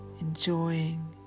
enjoying